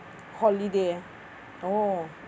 holiday ah orh